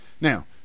Now